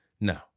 No